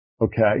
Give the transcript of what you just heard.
Okay